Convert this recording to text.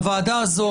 בוועדה הזו,